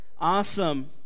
awesome